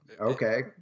Okay